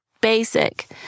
basic